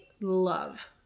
love